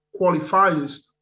qualifiers